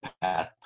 path